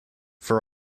for